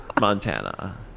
Montana